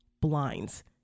blinds